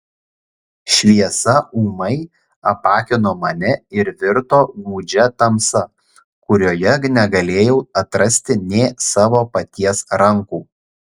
šviesa ūmai apakino mane ir virto gūdžia tamsa kurioje negalėjau atrasti nė savo paties rankų